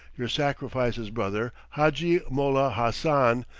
your sacrifice's brother, hadji mollah hassan,